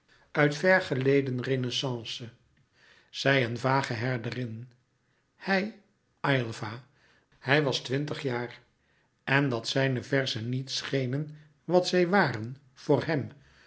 uit ver geleden renaissance zij een vage herderin hij aylva hij was twintig jaar en dat zijne verzen niet schenen wat zij waren voor hem